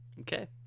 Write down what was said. Okay